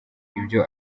ibyo